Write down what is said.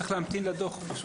צריך להמתין לדוח.